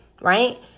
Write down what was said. right